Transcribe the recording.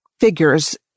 figures